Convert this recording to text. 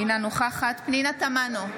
אינה נוכחת פנינה תמנו,